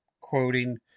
quoting